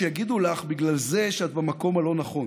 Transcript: שיגידו לך בגלל זה שאת במקום הלא-נכון,